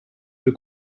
für